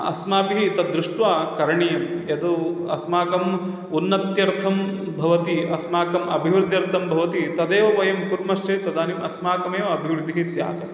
अस्माभिः तद्दृष्ट्वा करणीयं यद् अस्माकम् उन्नत्यर्थं भवति अस्माकम् अभिवृध्यर्थं भवति तदेव वयं कुर्मश्चेत् तदानीम् अस्माकमेव अभिवृद्धिः स्यात्